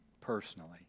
personally